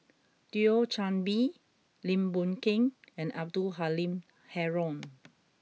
Thio Chan Bee Lim Boon Keng and Abdul Halim Haron